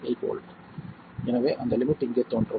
8 V எனவே அந்த limit இங்கே தோன்றும்